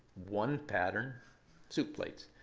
one-pattern soup plates.